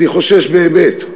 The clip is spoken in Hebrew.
אני חושש באמת,